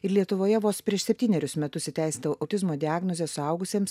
ir lietuvoje vos prieš septynerius metus įteisinta autizmo diagnozė suaugusiems